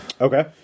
Okay